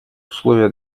условия